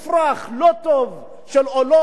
של עולות מאתיופיה,